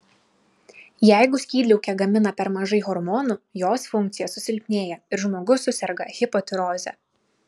jeigu skydliaukė gamina per mažai hormonų jos funkcija susilpnėja ir žmogus suserga hipotiroze